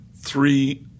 three